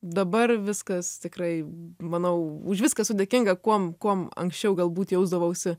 dabar viskas tikrai manau už viską esu dėkinga kuom kuom anksčiau galbūt jausdavausi